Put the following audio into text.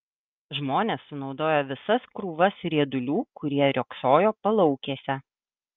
žmonės sunaudojo visas krūvas riedulių kurie riogsojo palaukėse